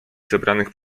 zebranych